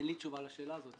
אין לי תשובה לשאלה הזאת.